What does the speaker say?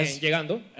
llegando